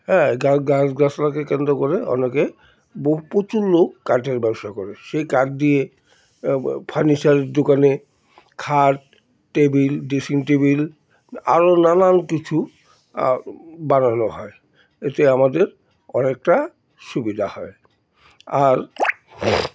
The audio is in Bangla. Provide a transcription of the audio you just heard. হ্যাঁ গা গাছ গাছলাকে কেন্দ্র করে অনেকে বহু প্রচুর লোক কাঠের ব্যবসা করে সেই কাঠ দিয়ে ফার্নিচারের দোকানে খাট টেবিল ড্রেসিং টেবিল আরও নানান কিছু বানানো হয় এতে আমাদের অনেকটা সুবিধা হয় আর